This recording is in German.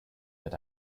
mit